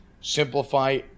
simplify